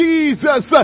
Jesus